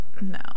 no